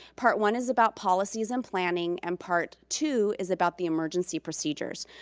part one is about policies and planning and part two is about the emergency procedures.